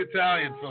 Italian